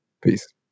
Peace